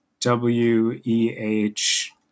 W-E-H